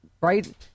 right